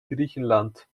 griechenland